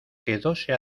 quedóse